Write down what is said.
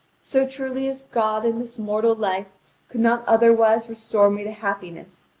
so truly as god in this mortal life could not otherwise restore me to happiness,